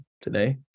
today